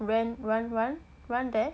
ren~ run run there